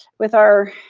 with our,